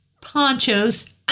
Ponchos